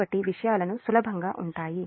కాబట్టి విషయాలు సులభంగా ఉంటాయి